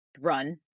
run